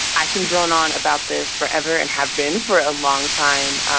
i can drone on about this forever and have been for a long time.